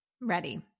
Ready